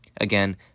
Again